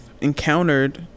encountered